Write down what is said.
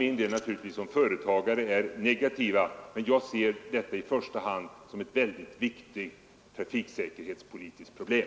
Jag kan naturligtvis förstå företagare, om de är negativt inställda, men jag ser detta i första hand som ett viktigt trafiksäkerhetspolitiskt problem.